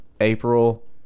April